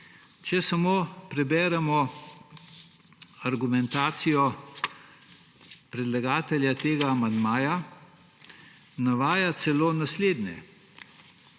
Če samo preberemo argumentacijo predlagatelja tega amandmaja, navaja celo naslednje: